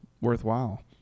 worthwhile